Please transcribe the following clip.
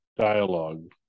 dialogue